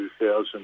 2000